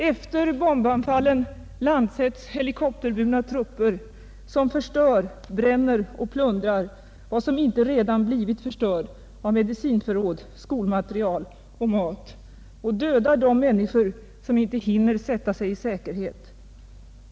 Efter bombanfallen landsättes helikopterburna trupper som förstör, bränner och plundrar vad som inte redan blivit förstört av medicinförråd, skolmaterial och mat och dödar de människor som inte hinner sätta sig i säkerhet.